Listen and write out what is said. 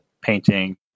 painting